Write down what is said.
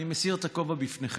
אני מסיר את הכובע בפניכם.